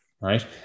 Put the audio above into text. right